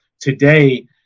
today